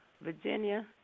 Virginia